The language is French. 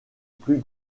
plus